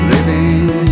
Living